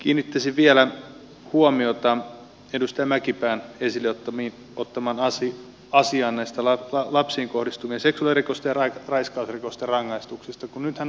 kiinnittäisin vielä huomiota edustaja mäkipään esille ottamaan asiaan lapsiin kohdistuvien seksuaalirikosten ja raiskausrikosten rangaistuksista